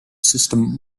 system